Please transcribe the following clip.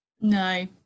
no